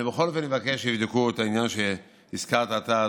אני בכל אופן אבקש שיבדקו את העניין שהזכרת אתה,